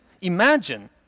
imagine